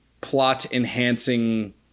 plot-enhancing